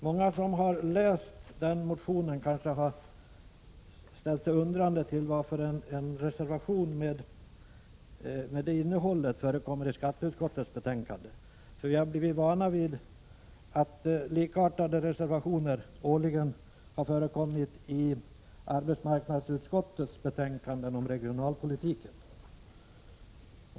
Många som har läst vår motion har kanske ställt sig undrande till varför en reservation med det innehållet förekommer i skatteutskottets betänkande, eftersom vi har blivit vana vid att likartade reservationer årligen har förekommit i arbetsmarknadsutskottets betänkanden om regionalpolitiken.